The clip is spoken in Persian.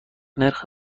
نرخ